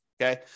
Okay